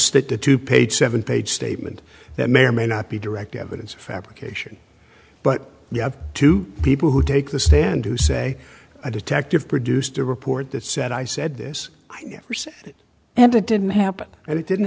the two page seven page statement that may or may not be direct evidence of fabrication but you have two people who take the stand who say i detective produced a report that said i said this and it didn't happen and it didn't